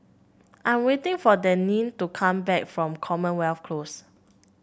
I'm waiting for Denine to come back from Commonwealth Close